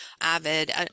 Avid